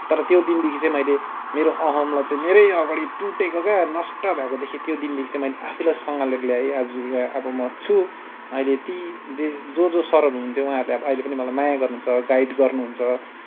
तर त्यो दिनदेखि चाहिँ मैले मेरो अहमलाई चाहिँ मेरै अघाडि टुटेको क्या नष्ट भएको देखेँ त्यो दिनदेखि चाहिँ मैले आफैलाई सम्हालेर ल्याएँ आज यहाँ अब म छु अहिले ती जो जो सरहरू हुनुहुन्थ्यो उहाँहरूले अहिले पनि मलाई माया गर्नुहुन्छ गाइड गर्नुहुन्छ